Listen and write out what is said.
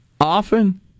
often